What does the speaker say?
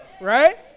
Right